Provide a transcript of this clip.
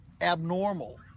Abnormal